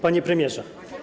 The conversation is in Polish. Panie Premierze!